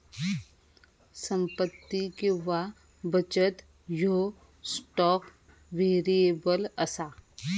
संपत्ती किंवा बचत ह्यो स्टॉक व्हेरिएबल असा